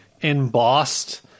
embossed